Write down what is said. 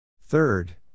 Third